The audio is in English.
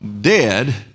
dead